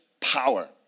power